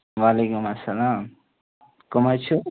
وعلیکُم اسلام کٕم حظ چھِو